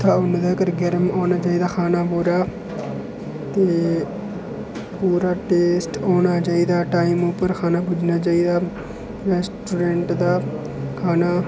उन्ने तक्कर गर्म होना चाहिदा खाना पूरा ते पूरा टेस्ट औना चाहिदा टाइम उप्पर पुज्जना चाहिदा रैस्टोरैंट दा खाना